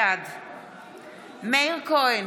בעד מאיר כהן,